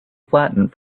flattened